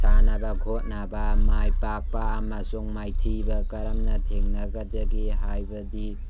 ꯁꯥꯟꯅꯕ ꯈꯣꯠꯅꯕ ꯃꯥꯏ ꯄꯥꯛꯄ ꯑꯃꯁꯨꯡ ꯃꯥꯏꯊꯤꯕ ꯀꯔꯝꯅ ꯊꯦꯡꯅꯒꯗꯒꯦ ꯍꯥꯏꯕꯗꯤ